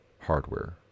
hardware